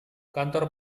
kantor